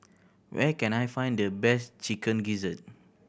where can I find the best Chicken Gizzard